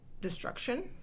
destruction